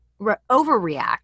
overreact